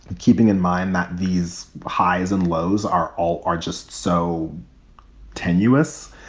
and keeping in mind that these highs and lows are all are just so tenuous